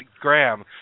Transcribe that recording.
Graham